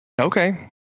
Okay